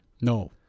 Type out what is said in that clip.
No